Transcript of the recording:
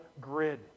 grid